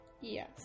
Yes